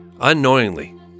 unknowingly